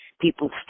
people